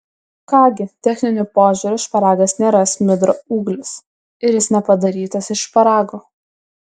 ką gi techniniu požiūriu šparagas nėra smidro ūglis ir jis nepadarytas iš šparagų